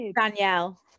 danielle